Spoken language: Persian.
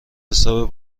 حساب